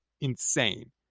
insane